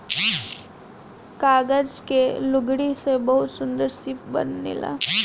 कागज के लुगरी से बहुते सुन्दर शिप बनेला